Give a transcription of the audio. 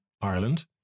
Ireland